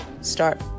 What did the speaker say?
Start